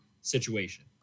situation